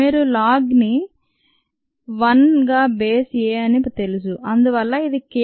మీరు log a ని 1 గా బేస్ a అని తెలుసు అందువల్ల ఇది k d ద్వారా 2